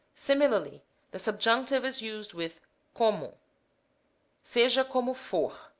similarly the subjunctive is used with como seja como for,